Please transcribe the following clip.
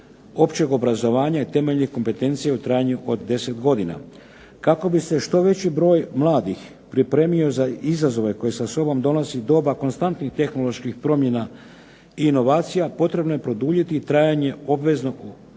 općeg obrazovanja i temeljnih kompetencija u trajanju 10 godina. Kako bi se što veći broj mladih pripremio za izazove koje sa sobom donosi doba konstantnih tehnoloških promjena i inovacija potrebno je produljiti trajanje obveznog